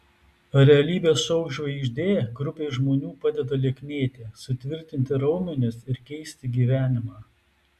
realybės šou žvaigždė grupei žmonių padeda lieknėti sutvirtinti raumenis ir keisti gyvenimą